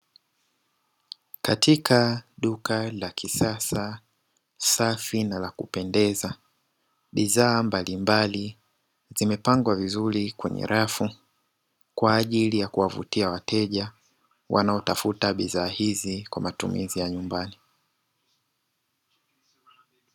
Katika duka la kisasa, safi na la kupendeza; bidhaa mbalimbali zimepangwa kwenye rafu kwa ajili ya kuwavutia wateja wanaotafuta bidhaa hizi kwa matumizi ya nyumbani.